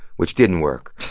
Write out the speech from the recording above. which didn't work.